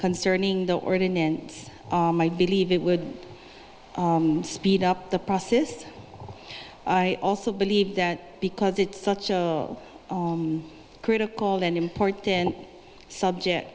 concerning the ordinance i believe it would speed up the process i also believe that because it's such a critical and important subject